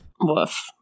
woof